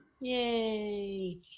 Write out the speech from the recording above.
Yay